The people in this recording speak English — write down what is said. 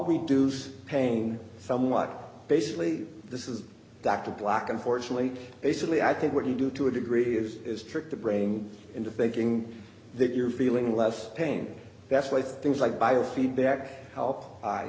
reduce pain somewhat basically this is dr black unfortunately basically i think what you do to a degree is is tricked the brain into thinking that you're feeling less pain that's why things like biofeedback help i